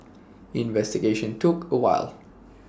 investigation took A while